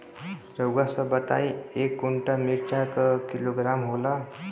रउआ सभ बताई एक कुन्टल मिर्चा क किलोग्राम होला?